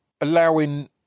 allowing